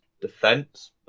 defense